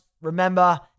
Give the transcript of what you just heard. Remember